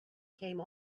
came